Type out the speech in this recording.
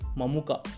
mamuka